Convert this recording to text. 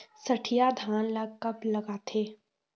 सठिया धान ला कब लगाथें?